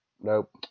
nope